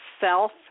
self